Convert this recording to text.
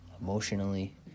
emotionally